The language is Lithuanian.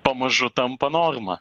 pamažu tampa norma